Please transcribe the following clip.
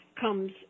comes